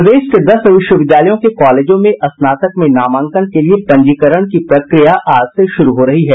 प्रदेश के दस विश्वविद्यालयों के कॉलेजों में स्नातक में नामांकन के लिए पंजीकरण की प्रक्रिया आज से शुरू हो रही है